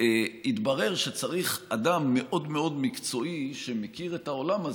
התברר שצריך אדם מאוד מאוד מקצועי שמכיר את העולם הזה,